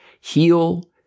heal